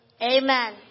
amen